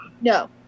No